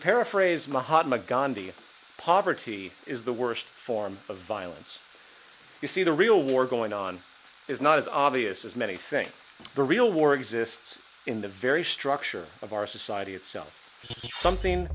paraphrase mahatma gandhi poverty is the worst form of violence you see the real war going on is not as obvious as many think the real war exists in the very structure of our society itself something